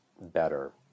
better